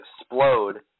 Explode